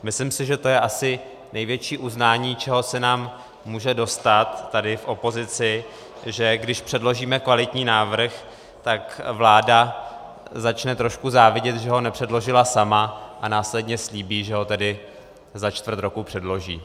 Myslím si, že to je asi největší uznání, čeho se nám může dostat tady v opozici, že když předložíme kvalitní návrh, tak vláda začne trošku závidět, že ho nepředložila sama, a následně slíbí, že ho tedy za čtvrt roku předloží.